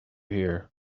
here